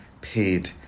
paid